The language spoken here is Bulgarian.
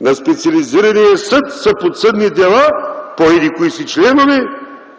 На специализирания съд са подсъдни дела по еди-кои си членове